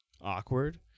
awkward